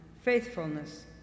faithfulness